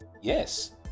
yes